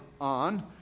on